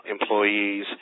employees